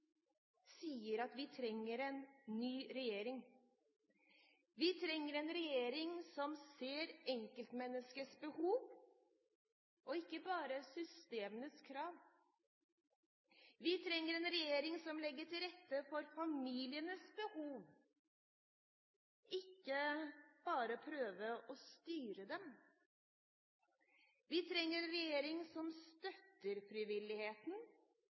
sier at vi trenger en ny regjering. Vi trenger en regjering som ser enkeltmenneskets behov, ikke bare systemenes krav. Vi trenger en regjering som legger til rette for familienes behov – ikke bare prøver å styre dem. Vi trenger en regjering som støtter frivilligheten